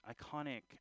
iconic